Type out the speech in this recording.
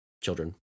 children